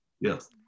Yes